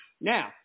Now